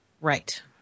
Right